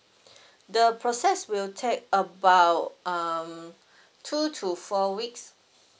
the process will take about um two to four weeks